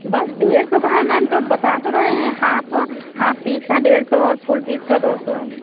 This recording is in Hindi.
बस डेढ़ सौ का है मैम तो बता तो रहे हैं हाफ हाफ पीस का डेढ़ सौ और फुल पीस का दो सौ